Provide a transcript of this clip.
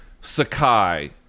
Sakai